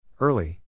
Early